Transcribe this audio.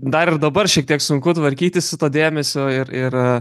dar ir dabar šiek tiek sunku tvarkytis su tuo dėmesiu ir ir